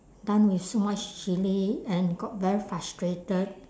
done with so much chilli and got very frustrated